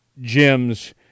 gyms